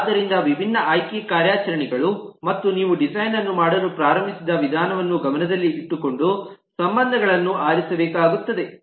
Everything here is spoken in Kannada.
ಆದ್ದರಿಂದ ವಿಭಿನ್ನ ಆಯ್ಕೆ ಕಾರ್ಯಾಚರಣೆಗಳು ಮತ್ತು ನೀವು ಡಿಸೈನ್ ಅನ್ನು ಮಾಡಲು ಪ್ರಾರಂಭಿಸಿದ ವಿಧಾನವನ್ನು ಗಮನದಲ್ಲಿಟ್ಟುಕೊಂಡು ಸಂಬಂಧಗಳನ್ನು ಆರಿಸಬೇಕಾಗುತ್ತದೆ